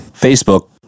Facebook